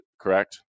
correct